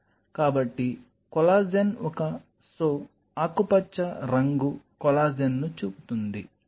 కాబట్టి కొల్లాజెన్ ఒక సో ఆకుపచ్చ రంగు కొల్లాజెన్ను చూపుతుంది